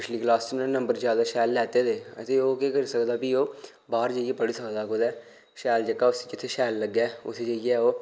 पिच्छली क्लास उन्नै नंबर शैल लैते दे ते ओह् की करी सकदा कि ओह् बाहर जाइयै तक पढ़ी सकदा कुते शैल जेह्का उसी जित्थै शैल लग्गै उत्थै जाइयै ओह्